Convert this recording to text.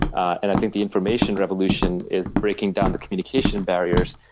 and i think the information revolution is breaking down the communication barriers.